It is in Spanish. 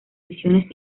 visiones